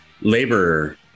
laborer